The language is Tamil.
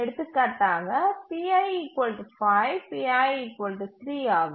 எடுத்துக்காட்டாக pj 5 pi 3 ஆகும்